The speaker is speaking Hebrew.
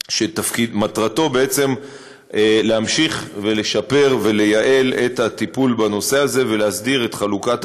שמטרתו להמשיך לשפר ולייעל את הטיפול בנושא הזה ולהסדיר את חלוקת